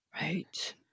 Right